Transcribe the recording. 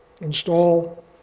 install